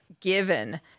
given